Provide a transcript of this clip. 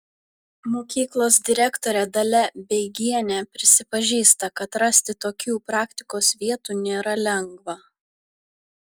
mokyklos direktorė dalia beigienė prisipažįsta kad rasti tokių praktikos vietų nėra lengva